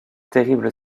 terrible